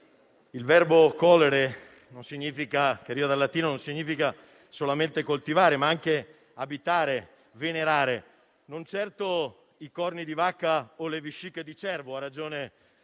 il verbo *colere*, che deriva dal latino, non significa solamente coltivare, ma anche abitare e venerare non certo i corni di vacca o le vesciche di cervo - ha ragione